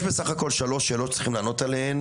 יש בסך הכול שלוש שאלות שצריכים לענות עליהן